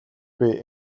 буй